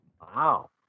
wow